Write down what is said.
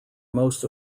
most